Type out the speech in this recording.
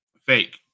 fake